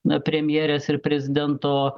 na premjerės ir prezidento